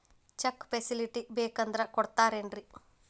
Check facility ಬೇಕಂದ್ರ ಕೊಡ್ತಾರೇನ್ರಿ?